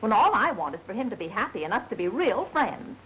when all i want is for him to be happy enough to be a real friend